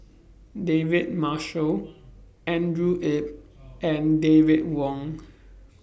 David Marshall Andrew Yip and David Wong